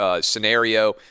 scenario